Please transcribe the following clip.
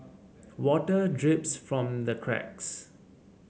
water drips from the cracks